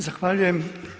Zahvaljujem.